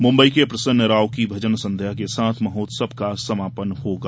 मुंबई के प्रसन्न राव की भजन संध्या के साथ महोत्सव का समापन होगा